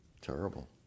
terrible